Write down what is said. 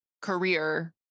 career